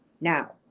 Now